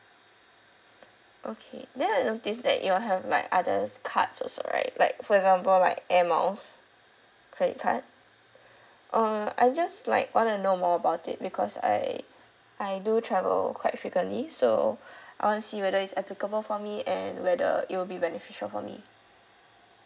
okay then I noticed that you all have like others cards also right like for example like air miles credit card uh I just like wanna know more about it because I I do travel quite frequently so I wanna see whether it's applicable for me and whether it would be beneficial for me